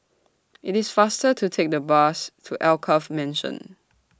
IT IS faster to Take The Bus to Alkaff Mansion